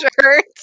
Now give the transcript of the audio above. shirt